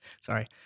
Sorry